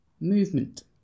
Movement